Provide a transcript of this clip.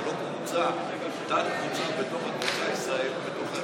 זה לא קבוצה או תת-קבוצה בתוך החברה הישראלית?